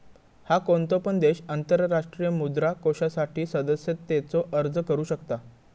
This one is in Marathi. हा, कोणतो पण देश आंतरराष्ट्रीय मुद्रा कोषासाठी सदस्यतेचो अर्ज करू शकता